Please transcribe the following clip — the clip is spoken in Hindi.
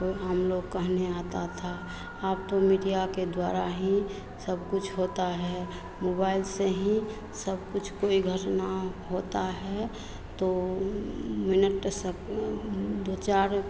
हम लोग कहने आता था आब तो मीडिया के द्वारा ही सब कुछ होता है मोबाईल से ही सब कुछ के घटना होता है तो पे दो चार